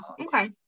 okay